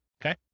Okay